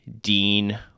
Dean